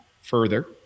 further